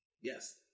Yes